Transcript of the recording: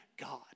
God